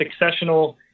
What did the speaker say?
successional